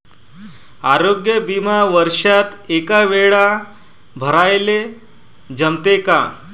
आरोग्य बिमा वर्षात एकवेळा भराले जमते का?